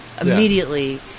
immediately